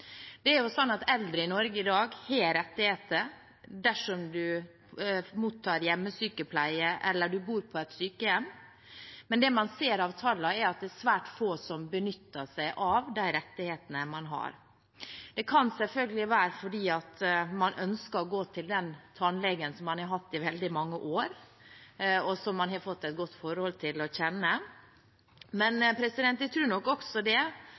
Eldre i Norge har i dag rettigheter dersom man mottar hjemmesykepleie eller bor på et sykehjem, men det man ser av tallene, er at det er svært få som benytter seg av de rettighetene man har. Det kan selvfølgelig være fordi man ønsker å gå til den tannlegen som man har hatt i veldig mange år, og som man kjenner og har fått et godt forhold til, men jeg tror nok også det